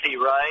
right